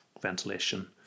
ventilation